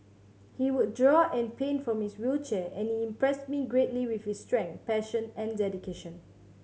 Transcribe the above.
he would draw and paint from his wheelchair and he impressed me greatly with his strength passion and dedication